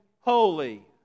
holy